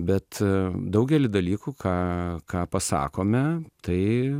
bet daugelį dalykų ką ką pasakome tai